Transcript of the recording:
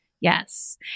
Yes